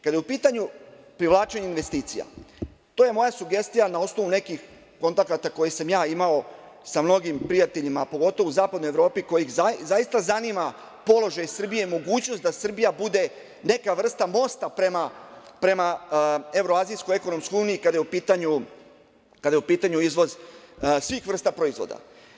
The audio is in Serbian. Kada je u pitanju privlačenje investicija, to je moja sugestija na osnovu nekih kontakata koji sam ja imao sa mnogim prijateljima, a pogotovo u Zapadnoj Evropi koje ih zaista zanima položaj Srbije i mogućnost da Srbija bude neka vrsta mosta prema Evroazijskoj ekonomskoj Uniji kada je u pitanju izvoz svih vrsta proizvoda.